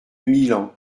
milan